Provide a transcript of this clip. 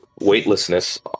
weightlessness